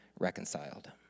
reconciled